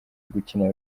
gukina